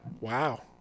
Wow